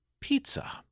Pizza